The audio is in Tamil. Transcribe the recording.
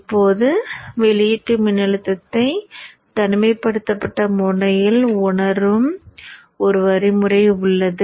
இப்போது வெளியீட்டு மின்னழுத்தத்தை தனிமைப்படுத்தப்பட்ட முறையில் உணரும் ஒரு வழிமுறை உள்ளது